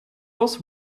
was